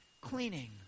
cleaning